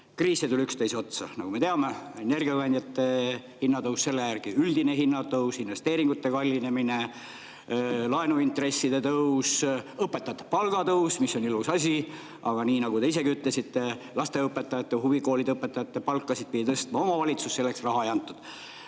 Kriise tuli üksteise otsa, nagu me teame: energiakandjate hinna tõus, selle järgi üldine hinnatõus, investeeringute kallinemine, laenuintresside tõus, õpetajate palga tõus, mis on ilus asi, aga nii nagu te ise ka ütlesite, lasteaiaõpetajate ja huvikoolide õpetajate palkasid pidi tõstma omavalitsus ja selleks raha ei antud.